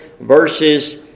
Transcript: verses